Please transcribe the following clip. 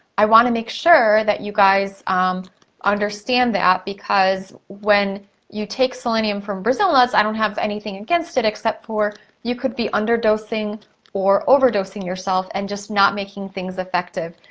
i wanna make sure that you guys understand that because when you take selenium from brazil nuts, i don't have anything against it except for you could be underdosing or overdosing yourself and just not making things effective.